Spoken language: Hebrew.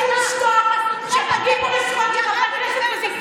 אתם תמשיכו לשתוק כשפוגעים פה בזכויות